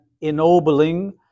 ennobling